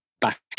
back